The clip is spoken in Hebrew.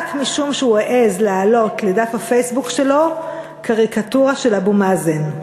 רק משום שהוא העז להעלות לדף הפייסבוק שלו קריקטורה של אבו מאזן.